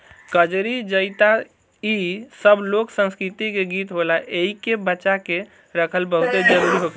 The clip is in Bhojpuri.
कजरी, चइता इ सब लोक संस्कृति के गीत होला एइके बचा के रखल बहुते जरुरी होखेला